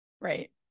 Right